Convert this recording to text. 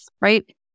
right